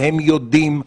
שהם יודעים.